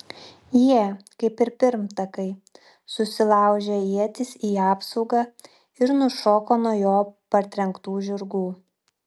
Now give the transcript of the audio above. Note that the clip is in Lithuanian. jie kaip ir pirmtakai susilaužė ietis į apsaugą ir nušoko nuo jo partrenktų žirgų